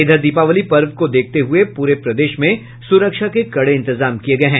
इधर दीपावली पर्व को देखते हुये पूरे प्रदेश में सुरक्षा के कड़े इंतजाम किये गये हैं